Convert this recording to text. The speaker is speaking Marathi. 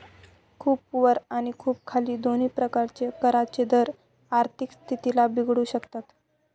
खूप वर आणि खूप खाली दोन्ही प्रकारचे करांचे दर आर्थिक स्थितीला बिघडवू शकतात